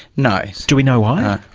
no. do we know why?